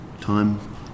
Time